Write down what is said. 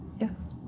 yes